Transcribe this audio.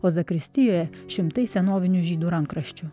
o zakristijoje šimtai senovinių žydų rankraščių